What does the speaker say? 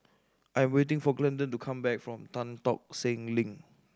I'm waiting for Glendon to come back from Tan Tock Seng Link